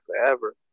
forever